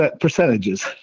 percentages